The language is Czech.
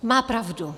Má pravdu.